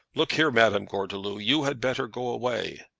look here, madame gordeloup, you had better go away.